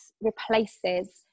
replaces